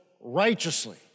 righteously